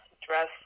dress